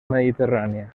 mediterrània